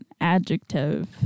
Adjective